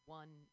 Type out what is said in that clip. one